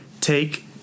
take